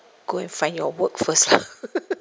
go and find your work first